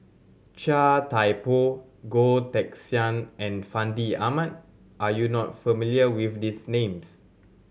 Chia Thye Poh Goh Teck Sian and Fandi Ahmad are you not familiar with these names